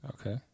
okay